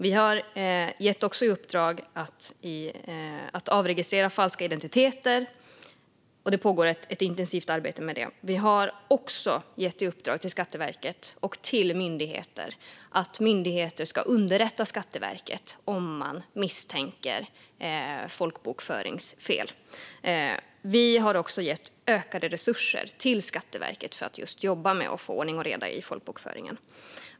Vi har gett i uppdrag att man ska avregistrera falska identiteter. Det pågår ett intensivt arbete med det. Vi har gett Skatteverket och myndigheter uppdrag som handlar om att myndigheter ska underrätta Skatteverket om de misstänker folkbokföringsfel. Vi har också gett ökade resurser till Skatteverket för att man just ska jobba med att få ordning och reda i folkbokföringen.